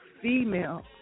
female